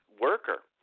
worker